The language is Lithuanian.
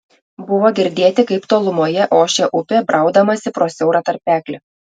buvo girdėti kaip tolumoje ošia upė braudamasi pro siaurą tarpeklį